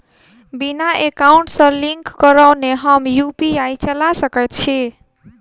बिना एकाउंट सँ लिंक करौने हम यु.पी.आई चला सकैत छी?